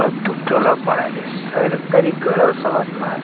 ᱟᱛᱳ ᱴᱚᱞᱟ ᱯᱟᱲᱟ ᱨᱮ ᱥᱚᱨᱠᱟᱨᱤ ᱜᱚᱲᱚ ᱥᱚᱯᱚᱦᱚᱫ ᱢᱟ